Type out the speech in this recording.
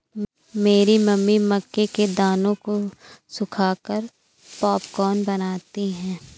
मेरी मम्मी मक्के के दानों को सुखाकर पॉपकॉर्न बनाती हैं